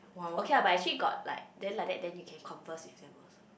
okay ah but actually got like then like that then you can converse with them [what]